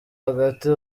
hagati